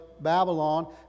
babylon